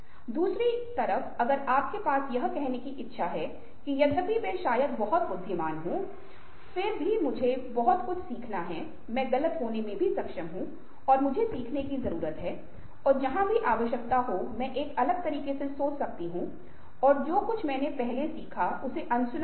दूसरी तरफ अगर आपके पास यह कहने की इच्छा है कि यद्यपि मैं शायद बहुत बुद्धिमान हूं फिर भी मुझे बहुत कुछ सीखना है मैं गलत होने में सक्षम हूं और मुझे सीखने की जरूरत है और जहां भी आवश्यकता हो मैं एक अलग तरीके से सोच सकता हूं और जो कुछ मैंने पहले सीखा है उसे अनसुना कर दूँ